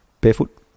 Barefoot